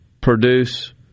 produce